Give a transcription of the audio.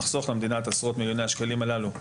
נחסוך למדינה את עשרות מיליוני השקלים הללו.